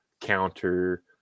counter